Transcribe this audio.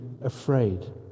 afraid